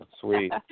Sweet